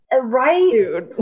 Right